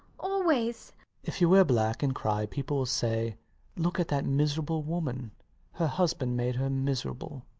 always. if you wear black and cry, people will say look at that miserable woman her husband made her miserable.